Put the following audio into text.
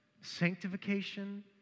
sanctification